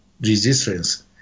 resistance